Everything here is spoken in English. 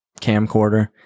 camcorder